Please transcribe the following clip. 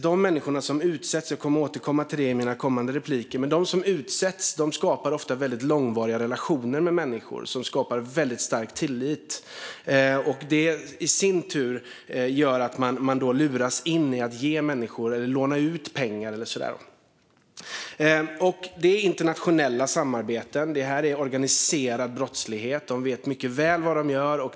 De människor som utsätts, vilket jag kommer att återkomma till i mina kommande repliker, skapar ofta långvariga relationer med människor. Detta skapar stark tillit, och det i sin tur gör att de luras att ge eller låna ut pengar till människor. Det är internationella samarbeten och organiserad brottslighet där man mycket väl vet vad man gör.